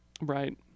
Right